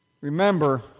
Remember